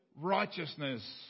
righteousness